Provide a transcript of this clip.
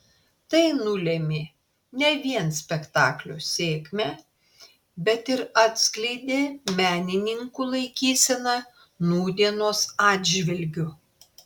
tai nulėmė ne vien spektaklio sėkmę bet ir atskleidė menininkų laikyseną nūdienos atžvilgiu